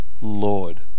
Lord